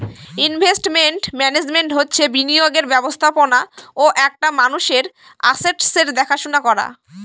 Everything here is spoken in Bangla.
ইনভেস্টমেন্ট মান্যাজমেন্ট হচ্ছে বিনিয়োগের ব্যবস্থাপনা ও একটা মানুষের আসেটসের দেখাশোনা করা